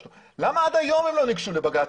למה עד היום הם לא ניגשו לבג"ץ?